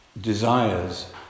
desires